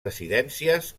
residències